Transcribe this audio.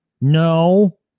No